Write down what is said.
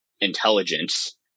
intelligence